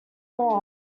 more